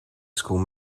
school